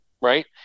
right